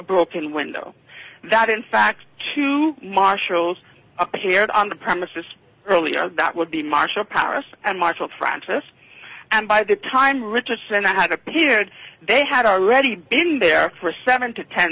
broken window that in fact q marshals appeared on the premises earlier that would be martial powers and martial practice and by the time richardson had appeared they had already been in there for seven to ten